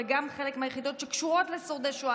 וגם חלק מהיחידות שקשורות לשורדי שואה,